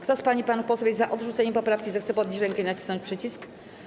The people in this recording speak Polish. Kto z pań i panów posłów jest za odrzuceniem poprawki, zechce podnieść rękę i nacisnąć przycisk.